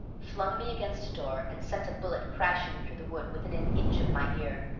flung me against a door, and sent a bullet crashing through the wood within an inch of my ear.